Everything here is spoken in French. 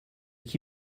qui